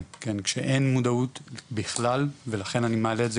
כשאין מודעות בכלל ולכן אני מעלה את זה,